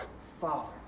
father